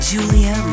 Julia